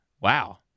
wow